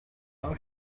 how